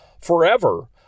forever